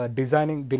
designing